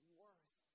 worth